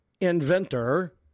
inventor